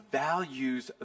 values